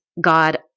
God